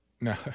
No